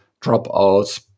dropouts